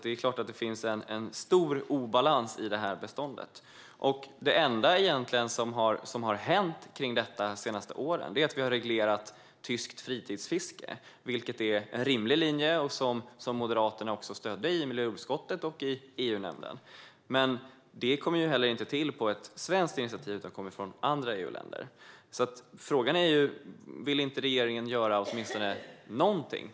Det är klart att det finns en stor obalans i detta bestånd. Det enda som egentligen har hänt kring detta de senaste åren är att vi har reglerat tyskt fritidsfiske, vilket är en rimlig linje. Det stödde också Moderaterna i miljö och jordbruksutskottet och i EU-nämnden. Men det kom inte heller till på ett svenskt initiativ, utan det kom från andra EUländer. Så frågan är: Vill inte regeringen göra åtminstone någonting?